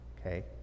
okay